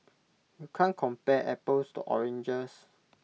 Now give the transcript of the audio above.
you can't compare apples to oranges